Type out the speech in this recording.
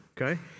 Okay